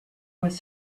was